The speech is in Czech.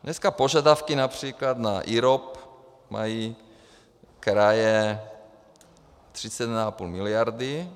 Dneska požadavky například na IROP mají kraje 31,5 miliardy.